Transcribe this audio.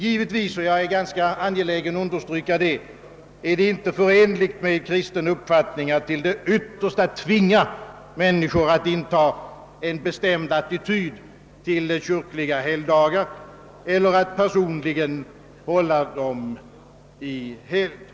Givetvis, och jag är ganska angelägen att understryka detta, är det inte förenligt med kristen uppfattning att till det yttersta tvinga människor att inta en bestämd attityd till kyrkliga helgdagar eller att personligen hålla dem i helgd.